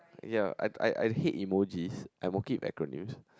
ya I I I hate emojis I'm okay with acronyms